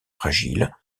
fragiles